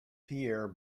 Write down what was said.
pierre